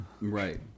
Right